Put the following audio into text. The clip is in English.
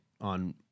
on